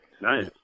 nice